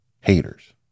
haters